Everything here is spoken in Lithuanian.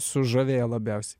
sužavėjo labiausiai